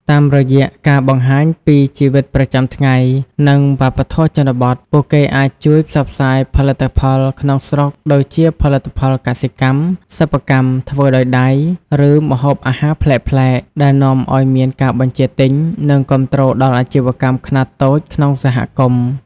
តាមរយៈការបង្ហាញពីជីវិតប្រចាំថ្ងៃ និងវប្បធម៌ជនបទ ពួកគេអាចជួយផ្សព្វផ្សាយផលិតផលក្នុងស្រុក ដូចជាផលិតផលកសិកម្ម សិប្បកម្មធ្វើដោយដៃ ឬម្ហូបអាហារប្លែកៗ ដែលនាំឲ្យមានការបញ្ជាទិញ និងគាំទ្រដល់អាជីវកម្មខ្នាតតូចក្នុងសហគមន៍។